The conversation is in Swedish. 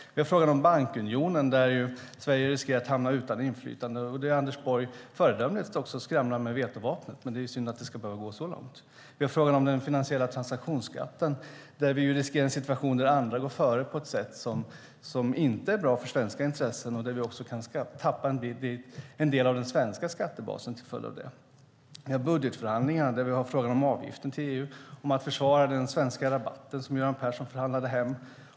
Det är frågan om bankunionen där Sverige riskerar att hamna utan inflytande och där Anders Borg föredömligt skramlar med vetovapnet. Men det är ju synd att det ska behöva gå så långt. Vi har frågan om den finansiella transaktionsskatten där vi riskerar en situation där andra går före på ett sätt som inte är bra för svenska intressen och där vi också kan tappa en del av den svenska skattebasen till följd av detta. Vi har budgetförhandlingarna med frågan om avgiften till EU och om att försvara den svenska rabatten som Göran Persson förhandlade hem.